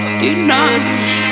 denies